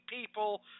people